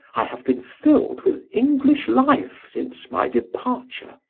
i have been filled with english life since my departure.